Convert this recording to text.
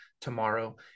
tomorrow